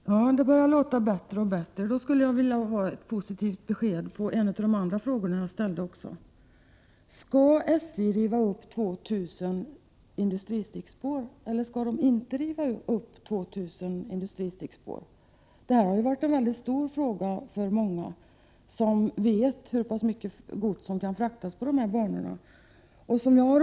Herr talman! Det börjar låta bättre och bättre. Jag skulle vilja ha ett positivt besked även på en av de andra frågor jag ställde. Skall SJ riva upp 2 000 industristickspår eller inte? Detta är en mycket stor fråga för många som vet hur mycket gods som kan fraktas på dessa banor.